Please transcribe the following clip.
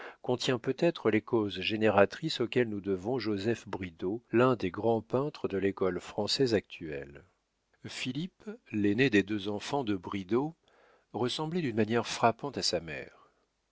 contient peut-être les causes génératrices auxquelles nous devons joseph bridau l'un des grands peintres de l'école française actuelle philippe l'aîné des deux enfants de bridau ressemblait d'une manière frappante à sa mère